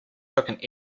took